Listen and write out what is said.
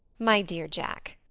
my dear jack,